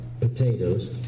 potatoes